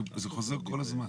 זה חוזר כל הזמן.